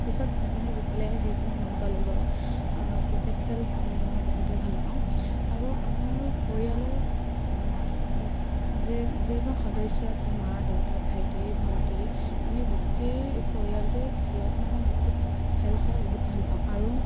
পিছত কোনে কোনে জিকিলে সেইখিনি গম পালোঁ বাৰু ক্ৰিকেট খেল চাই মই বহুতেই ভাল পাওঁ আৰু আমাৰ পৰিয়ালৰ যি যিজন সদস্য আছে মা দেউতা ভাইটি ভণ্টি আমি গোটেই পৰিয়ালটোৱে খেলত মানে বহুত খেল চাই বহুত ভাল পাওঁ আৰু